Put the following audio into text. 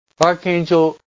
archangel